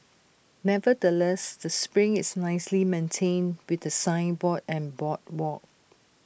nevertheless the spring is nicely maintained with A signboard and boardwalk